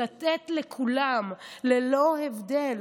ללא הבדל,